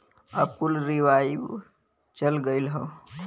अब कुल रीवाइव चल गयल हौ